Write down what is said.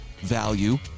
value